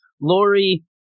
Lori